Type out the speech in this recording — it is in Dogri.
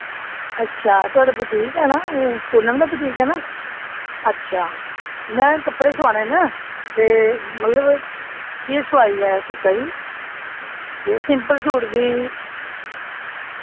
अच्छा थोआढ़ा बुटीक ऐ ना एह् पूनम दा बुटीक ऐ ना अच्छा में कपड़े सुआने न ते मतलब केह् सोआई ऐ सूटा दी सिपंल सूट दी